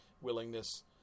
willingness